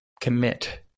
commit